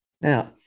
Now